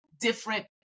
different